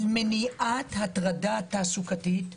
מניעת הטרדה תעסוקתית,